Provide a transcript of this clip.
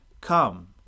Come